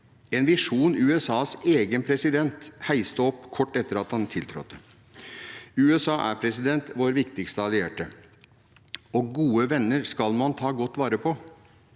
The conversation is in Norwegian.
en visjon USAs egen president heiste opp kort tid etter at han tiltrådte. USA er vår viktigste allierte, og gode venner skal man ta godt vare på.